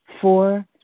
Four